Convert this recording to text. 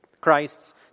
Christ's